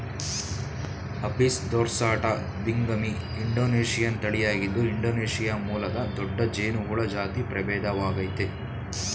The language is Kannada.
ಅಪಿಸ್ ದೊರ್ಸಾಟಾ ಬಿಂಗಮಿ ಇಂಡೊನೇಶಿಯನ್ ತಳಿಯಾಗಿದ್ದು ಇಂಡೊನೇಶಿಯಾ ಮೂಲದ ದೊಡ್ಡ ಜೇನುಹುಳ ಜಾತಿ ಪ್ರಭೇದವಾಗಯ್ತೆ